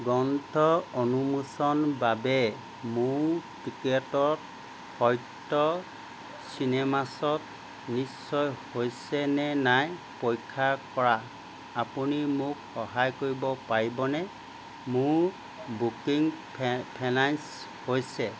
গ্ৰন্থ উন্মোচন বাবে মোৰ টিকেটৰ সত্য চিনেমাছত নিশ্চিয় হৈছে নে নাই পৰীক্ষা কৰাত আপুনি মোক সহায় কৰিব পাৰিবনে মোৰ বুকিং ফে ফাইনেঞ্চ হৈছে